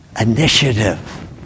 Initiative